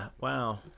Wow